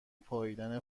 پائیدن